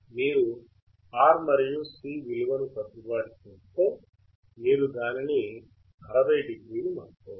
మీరు R మరియు C విలువను సర్దుబాటు చేస్తే మీరు దానిని 600 మార్చవచ్చు